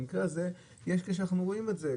במקרה הזה יש קשר ואנחנו רואים את זה.